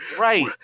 right